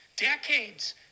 decades